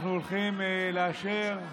אנחנו הולכים לאשר,